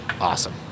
Awesome